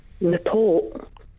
report